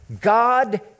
God